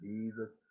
Jesus